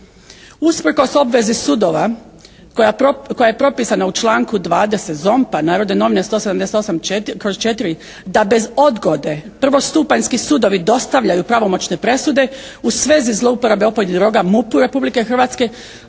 Usprkos obvezi sudova koja je propisana u članku 20. ZOMP-a "Narodne novine" 178/4, da bez odgode prvostupanjski sudovi dostavljaju pravomoćne presude u svezi zlouporabe opojnih droga MUP-u Republike Hrvatske,